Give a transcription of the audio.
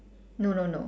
no no no